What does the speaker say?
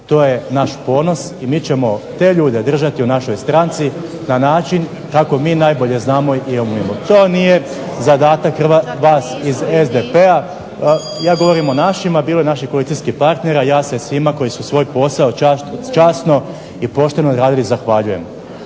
to je naš ponos, i mi ćemo te ljude držati u našoj stranci na način kako mi najbolje znamo i umijemo. To nije zadatak vas iz SDP-a, ja govorim o našima, bilo je naših koalicijskih partnera, ja se svima koji su svoj posao časno i pošteno odradili zahvaljujem,